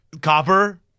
Copper